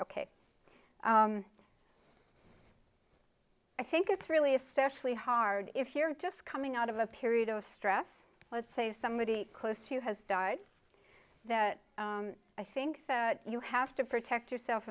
ok i think it's really especially hard if you're just coming out of a period of stress let's say somebody close to you has died that i think that you have to protect yourself